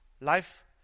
life